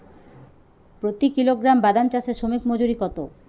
প্রতি কিলোগ্রাম বাদাম চাষে শ্রমিক মজুরি কত?